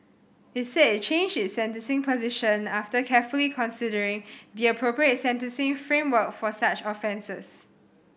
it said it changed its sentencing position after carefully considering the appropriate sentencing framework for such offences